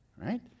Right